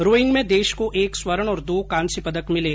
rowing में देश को एक स्वर्ण और दो कांस्य पदक मिले